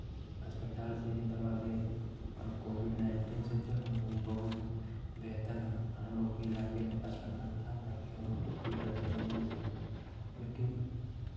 अस्पताल से ही दवा ले और कोविड नाइन्टीन से तो हम लोग बहुत बेहतर ह हम लोग को इलाज के लिए अस्पताल था ताकि हम लोग को कोई परेशानियाँ नहीं उठा जबकि